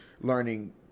learning